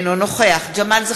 אינו נוכח ג'מאל זחאלקה,